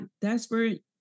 desperate